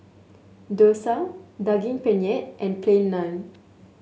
Dosa Daging Penyet and Plain Naan